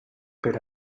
per